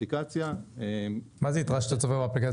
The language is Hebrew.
באפליקציה --- מה זה היתרה שאתה צובר באפליקציה?